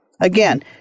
Again